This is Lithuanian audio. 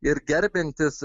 ir gerbiantys